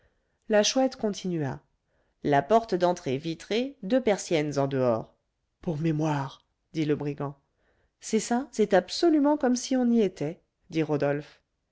la chouette continua la porte d'entrée vitrée deux persiennes en dehors pour mémoire dit le brigand c'est ça c'est absolument comme si on y était dit rodolphe